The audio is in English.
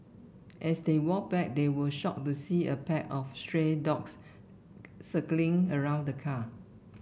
as they walked back they were shocked to see a pack of stray dogs circling around the car